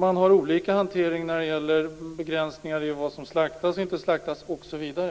Man har olika hantering när det gäller begränsningar av vad som slaktas och inte slaktas osv.